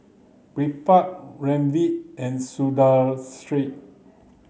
Birbal Ramdev and Sundaresh